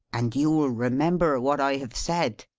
and you'll remember what i have said?